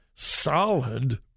solid